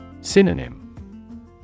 Synonym